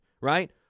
Right